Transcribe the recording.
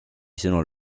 sõnul